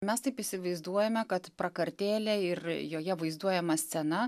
mes taip įsivaizduojame kad prakartėlė ir joje vaizduojama scena